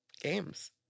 games